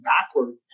backward